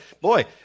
boy